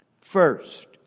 first